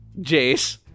Jace